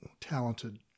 talented